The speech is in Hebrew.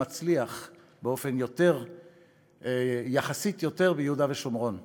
מצליח יחסית יותר ביהודה ושומרון.